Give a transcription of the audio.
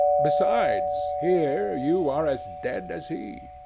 besides, here you are as dead as he.